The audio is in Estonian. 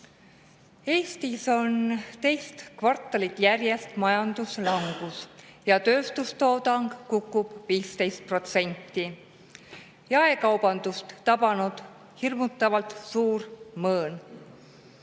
Eestis on teist kvartalit järjest majanduslangus ja tööstustoodang kukub 15%. Jaekaubandust on tabanud hirmutavalt suur mõõn.